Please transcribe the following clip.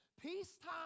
Peacetime